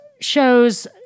shows